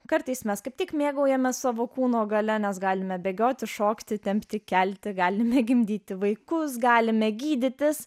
kartais mes kaip tik mėgaujamės savo kūno galia nes galime bėgioti šokti tempti kelti galime gimdyti vaikus galime gydytis